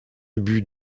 ubu